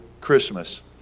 Christmas